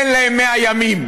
אין להם 100 ימים,